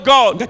God